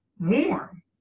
warm